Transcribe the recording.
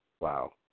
Wow